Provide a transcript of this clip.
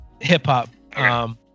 Hip-hop